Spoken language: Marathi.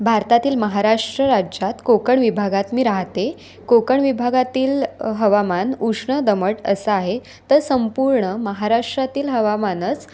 भारतातील महाराष्ट्र राज्यात कोकण विभागात मी राहते कोकण विभागातील हवामान उष्ण दमट असं आहे तर संपूर्ण महाराष्ट्रातील हवामानच